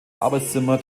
arbeitszimmer